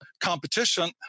competition